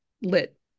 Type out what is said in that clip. lit